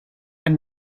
and